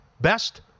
Best